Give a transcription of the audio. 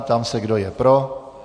Ptám se, kdo je pro.